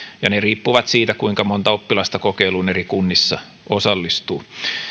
ja ne riippuvat siitä kuinka monta oppilasta kokeiluun eri kunnissa osallistuu